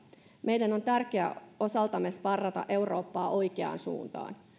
meidän on tärkeä osaltamme sparrata eurooppaa oikeaan suuntaan